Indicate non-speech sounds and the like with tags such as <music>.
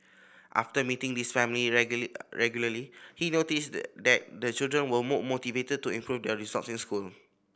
after meeting these family <unintelligible> regularly he noticed the that the children were more motivated to improve their results in school